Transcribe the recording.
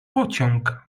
pociąg